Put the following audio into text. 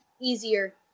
easier